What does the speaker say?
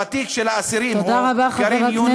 ותיק האסירים הוא כרים יונס, תודה רבה, חבר הכנסת.